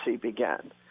began